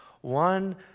one